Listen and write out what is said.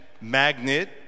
magnet